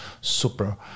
super